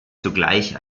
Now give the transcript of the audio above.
sogleich